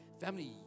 Family